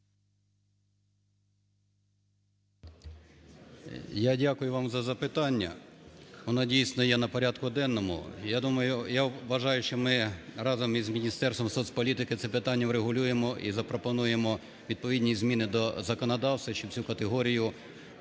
Я дякую вам за запитання. Воно, дійсно, є на порядку денному. Я думаю… я вважаю, що ми разом із Міністерством соцполітики це питання врегулюємо і запропонуємо відповідні зміни до законодавства, щоб цю категорію привести